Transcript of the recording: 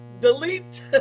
Delete